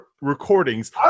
recordings